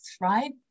right